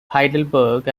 heidelberg